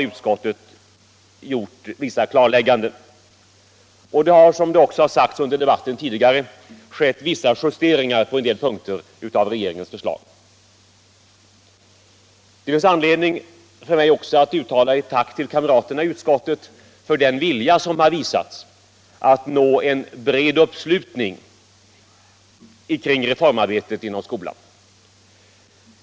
Det har, som också sagts under debatten tidigare, skett vissa justeringar av regeringens förslag på en del punkter. Det finns även anledning för mig att uttala ett tack till kamraterna i utskottet för den vilja som har visats att nå en bred uppslutning kring reformarbetet inom skolan.